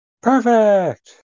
Perfect